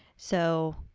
so,